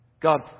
God